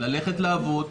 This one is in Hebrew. ללכת לעבוד,